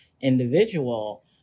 individual